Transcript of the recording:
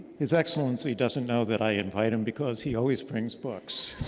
his excellency doesn't know that i invite him because he always brings books,